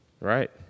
Right